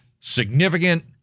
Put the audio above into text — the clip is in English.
significant